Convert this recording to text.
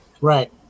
Right